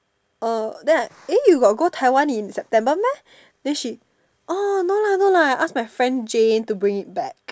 uh then I eh you got Taiwan in September then she orh no lah no lah I ask my friend Jane to bring it back